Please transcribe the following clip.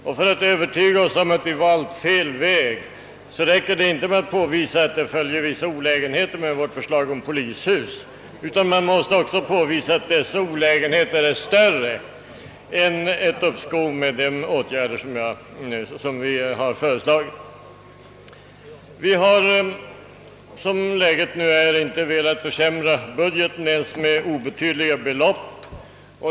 Och för att övertyga oss om att vi valt fel väg räcker det inte att påvisa att det följer vissa olägenheter med vårt förslag, utan man måste också kunna klargöra att dessa olägenheter är större än de olägenheter som skulle följa av ett uppskov med de angelägna förslag vi lagt fram i våra motioner. Som läget nu är har vi inte velat i onödan försämra budgeten ens med obetydliga belopp.